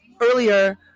Earlier